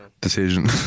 decision